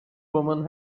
woman